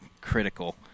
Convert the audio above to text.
critical